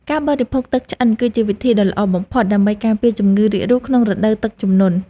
ការបរិភោគទឹកឆ្អិនគឺជាវិធីដ៏ល្អបំផុតដើម្បីការពារជំងឺរាករូសក្នុងរដូវទឹកជំនន់។